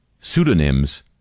pseudonyms